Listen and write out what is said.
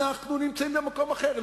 אנחנו נמצאים במקום אחר.